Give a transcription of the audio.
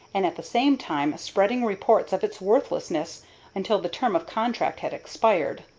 and at the same time spreading reports of its worthlessness until the term of contract had expired,